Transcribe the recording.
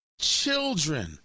children